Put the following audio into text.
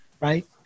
right